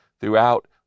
throughout